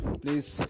please